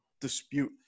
dispute